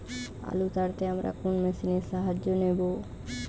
আলু তাড়তে আমরা কোন মেশিনের সাহায্য নেব?